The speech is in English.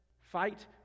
fight